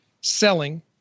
selling